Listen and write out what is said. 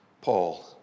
Paul